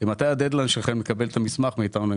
מתי הדד ליין שלכם לקבל את המסמך מאיתנו,